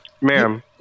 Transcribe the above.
ma'am